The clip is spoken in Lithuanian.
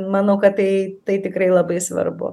manau kad tai tai tikrai labai svarbu